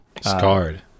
scarred